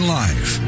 life